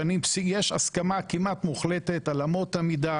יש הסכמה כמעט מוחלטת על אמות המידה,